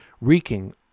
reeking